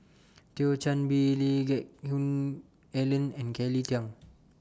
Thio Chan Bee Lee Geck Hoon Ellen and Kelly Tang